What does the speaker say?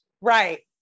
right